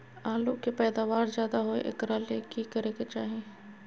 आलु के पैदावार ज्यादा होय एकरा ले की करे के चाही?